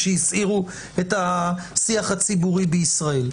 שהסעירו את השיח הציבורי בישראל.